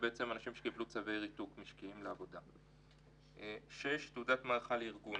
שנקרא לשירות עבודה תעודת 6. (א)